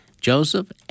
joseph